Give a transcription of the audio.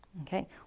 okay